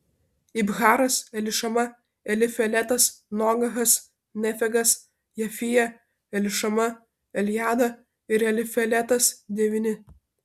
ibharas elišama elifeletas nogahas nefegas jafija elišama eljada ir elifeletas devyni